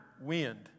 wind